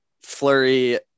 flurry